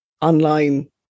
online